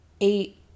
eight